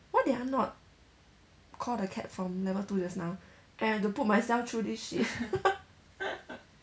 why did I not call the cab from level two just now and I have to put myself through this shit